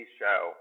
show